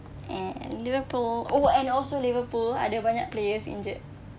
and liverpool oh and also liverpool ada banyak players injured